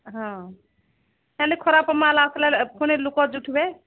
ହଁ ତାହାଲେ ଖରାପ ମାଲ୍ ଆସିଲେ ପୁଣି ଲୋକ ଜୁଟିବେ